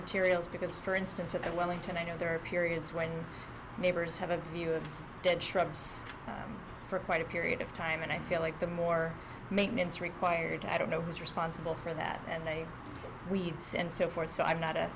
materials because for instance at the wellington i know there are periods when neighbors have a view of dead shrubs for quite a period of time and i feel like the more maintenance required to i don't know who's responsible for that and they weeds and so forth so i'm not a